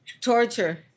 torture